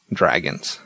dragons